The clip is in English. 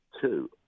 two